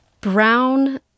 Brown